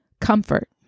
Comfort